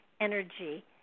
energy